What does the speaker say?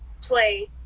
play